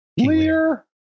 Clear